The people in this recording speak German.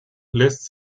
lässt